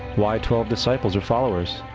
why twelve disciples or followers?